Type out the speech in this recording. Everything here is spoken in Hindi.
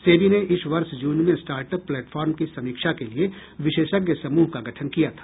सेबी ने इस वर्ष जून में स्टार्ट अप प्लेटफॉर्म की समीक्षा के लिए विशेषज्ञ समूह का गठन किया था